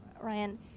Ryan